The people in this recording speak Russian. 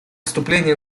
вступления